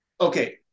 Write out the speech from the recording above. Okay